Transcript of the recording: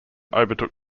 overtook